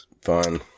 Fun